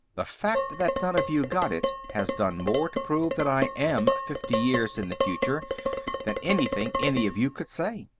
the fact that none of you got it has done more to prove that i am fifty years in the future than anything any of you could say.